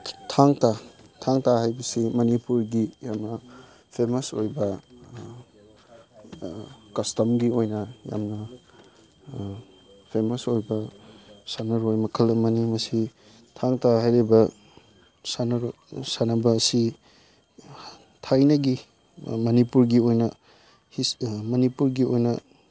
ꯊꯥꯡ ꯇꯥ ꯊꯥꯡ ꯇꯥ ꯍꯥꯏꯕꯁꯤ ꯃꯅꯤꯄꯨꯔꯒꯤ ꯌꯥꯝꯅ ꯐꯦꯃꯁ ꯑꯣꯏꯕ ꯀꯁꯇꯝꯒꯤ ꯑꯣꯏꯅ ꯌꯥꯝꯅ ꯐꯦꯃꯁ ꯑꯣꯏꯕ ꯁꯥꯟꯅꯔꯣꯏ ꯃꯈꯜ ꯑꯃꯅꯤ ꯃꯁꯤ ꯊꯥꯡ ꯇꯥ ꯍꯥꯏꯔꯤꯕ ꯁꯥꯟꯅꯕ ꯑꯁꯤ ꯊꯥꯏꯅꯒꯤ ꯃꯅꯤꯄꯨꯔꯒꯤ ꯑꯣꯏꯅ ꯃꯅꯤꯄꯨꯔꯒꯤ ꯑꯣꯏꯅ